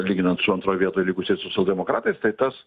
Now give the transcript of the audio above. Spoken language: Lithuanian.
lyginant su antroj vietoj likusiais socialdemokratais tai tas